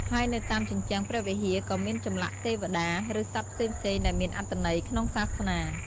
ហើយនៅតាមជញ្ជាំងព្រះវិហាក៏មានចម្លាក់ទេវតា ឬសត្វផ្សេងៗ ដែលមានអត្ថន័យលក្នុងសាសនា។